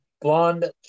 blonde